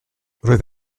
roedd